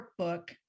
workbook